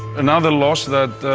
another loss that